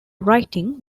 writing